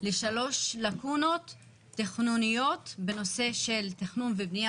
לשלוש לקונות תכנוניות בנושא של תכנון ובניה